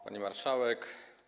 Pani Marszałek!